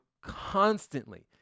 constantly